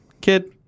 kid